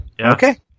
Okay